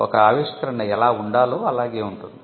ఒక ఆవిష్కరణ ఎలా ఉండాలో అలాగే ఉంటుంది